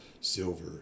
silver